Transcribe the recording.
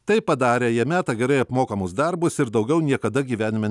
tai padarę jie meta gerai apmokamus darbus ir daugiau niekada gyvenime